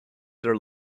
their